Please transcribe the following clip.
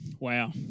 Wow